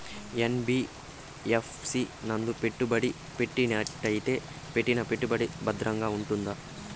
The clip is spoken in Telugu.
యన్.బి.యఫ్.సి నందు పెట్టుబడి పెట్టినట్టయితే పెట్టిన పెట్టుబడికి భద్రంగా ఉంటుందా?